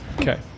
Okay